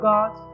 God